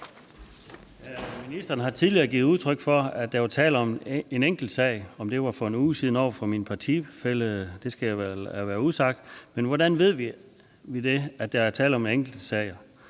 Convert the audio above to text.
Ministeren har tidligere givet udtryk for, at der er tale om en enkelt sag. Om det var for 1 uge siden over for min partifælle, skal jeg lade være usagt, men hvordan ved vi, at der er tale om enkeltsager?